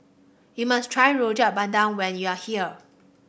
you must try Rojak Bandung when you are here